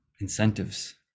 incentives